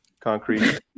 Concrete